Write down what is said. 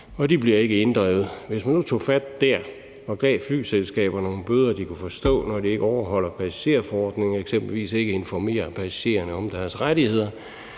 ikke bliver inddrevet. Hvis man nu tog fat der og gav flyselskaberne nogle bøder, de kunne forstå, når de ikke overholder passagerforordningen – eksempelvis ikke informerer passagererne om deres rettigheder